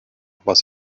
was